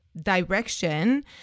direction